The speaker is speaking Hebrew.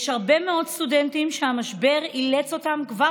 יש הרבה מאוד סטודנטים שהמשבר אילץ אותם כבר